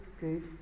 good